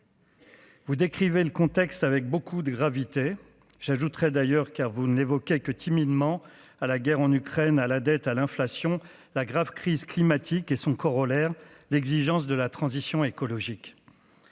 Vous décrivez le contexte avec beaucoup de gravité, j'ajouterai d'ailleurs car vous n'évoquait que timidement à la guerre en Ukraine à la dette à l'inflation, la grave crise climatique et son corollaire, l'exigence de la transition écologique.